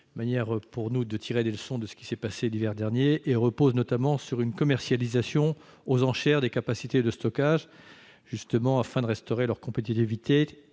manière, pour nous, de tirer les leçons des événements de l'hiver dernier -et repose notamment sur une commercialisation aux enchères des capacités de stockage, afin de restaurer leur compétitivité